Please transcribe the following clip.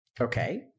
Okay